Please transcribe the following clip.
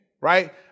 Right